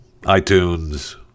iTunes